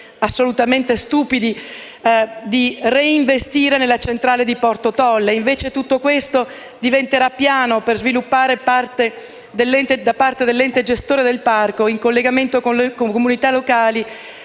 assolutamente stupidi - di reinvestire nella centrale di Porto Tolle. Tutto questo diventerà invece piano per sviluppare da parte dell’ente gestore del Parco, in collegamento con le comunità locali,